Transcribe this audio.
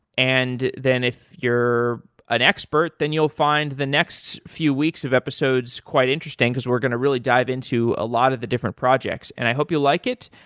and then if you're an expert, then you'll find the next few weeks of episodes quite interesting, because we're going to really dive into a lot of the different projects and i hope you like it.